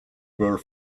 were